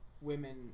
women